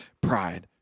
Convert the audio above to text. pride